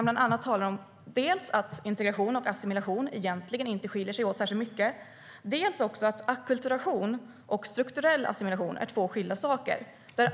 Han talar bland annat om att integration och assimilation egentligen inte skiljer sig åt särskilt mycket och att ackulturation och strukturell assimilation är två skilda saker.